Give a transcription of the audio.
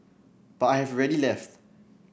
but I have rarely left